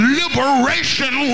liberation